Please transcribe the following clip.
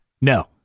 No